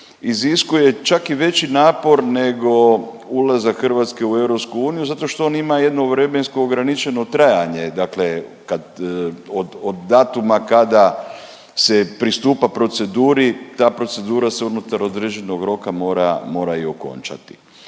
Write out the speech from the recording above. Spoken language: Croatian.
iziskuje čak i veći napor nego ulazak Hrvatske u EU zato što on ima jedno vremenski ograničeno trajanje, dakle kad, od datuma kada se pristupa proceduri ta procedura se unutar određenog roka mora i okončati.